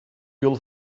yıl